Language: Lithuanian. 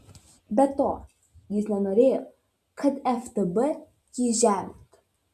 be to jis nenorėjo kad ftb jį žemintų